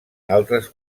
altres